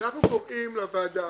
אנחנו קוראים לוועדה